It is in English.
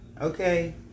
okay